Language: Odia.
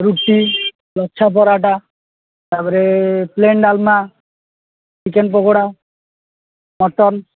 ରୁଟି ଲଚ୍ଛା ପରଠା ତା'ପରେ plain dalma chicken pakora mutton